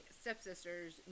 stepsisters